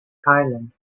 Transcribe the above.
island